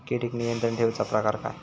किडिक नियंत्रण ठेवुचा प्रकार काय?